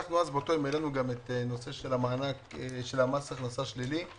באותו יום העלינו גם את הנושא של מס הכנסה שלילי,